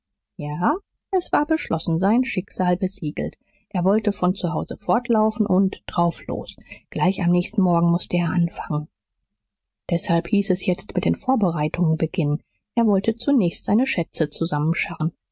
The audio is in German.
ja es war beschlossen sein schicksal besiegelt er wollte von zu hause fortlaufen und drauf los gleich am nächsten morgen mußte er anfangen deshalb hieß es jetzt mit den vorbereitungen beginnen er wollte zunächst seine schätze zusammenscharren